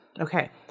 Okay